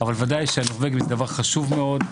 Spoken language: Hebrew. אבל ודאי שהנורבגים זה דבר חשוב מאוד,